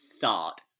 thought